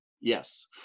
Yes